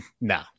no